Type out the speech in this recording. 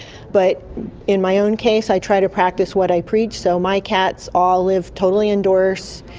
but in my own case i try to practice what i preach, so my cats all live totally indoors,